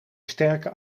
sterke